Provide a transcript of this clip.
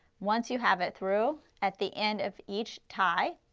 once you have it through at the end of each tie,